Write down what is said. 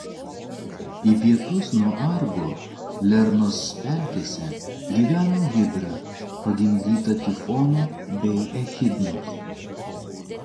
į pietus nuo argo lernos pelkėse gyveno hidra pagimdyta tifono bei echidnos